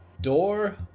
Door